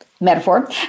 metaphor